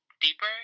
deeper